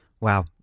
Wow